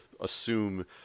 assume